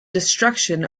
destruction